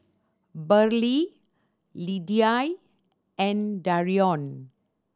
Brylee Lidie and Darrion